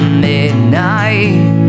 midnight